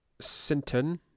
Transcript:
Sinton